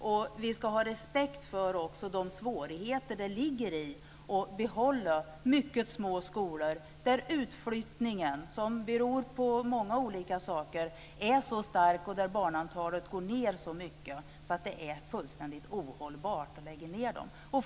Och vi ska också ha respekt för de svårigheter som det innebär att behålla mycket små skolor där utflyttningen, som beror på många olika saker, är så stor och där antalet barn minskar så mycket att det blir fullständigt ohållbart.